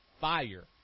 fire